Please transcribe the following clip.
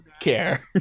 care